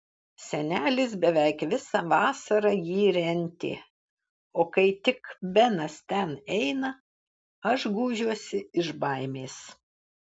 senelis beveik visą vasarą jį rentė o kai tik benas ten eina aš gūžiuosi iš baimės